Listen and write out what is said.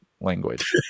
language